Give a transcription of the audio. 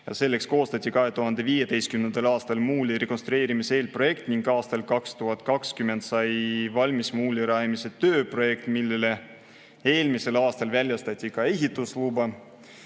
Selleks koostati 2015. aastal muuli rekonstrueerimise eelprojekt ning aastal 2020 sai valmis muuli rajamise tööprojekt, millele eelmisel aastal väljastati ka ehitusluba.